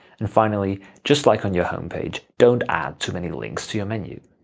and finally, just like on your homepage, don't add too many links to your menu.